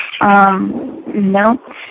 No